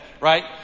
right